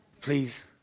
Please